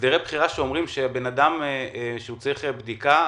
הסדרי בחירה אומרים שאדם שצריך בדיקה,